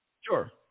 Sure